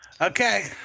Okay